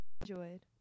Enjoyed